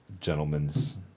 gentleman's